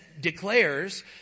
declares